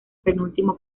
penúltimo